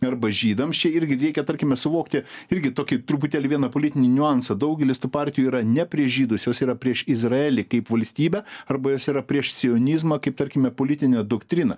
arba žydams čia irgi reikia tarkime suvokti irgi tokį truputėlį vieną politinį niuansą daugelis tų partijų yra ne prieš žydus jos yra prieš izraelį kaip valstybę arba jos yra prieš sionizmą kaip tarkime politinę doktriną